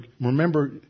Remember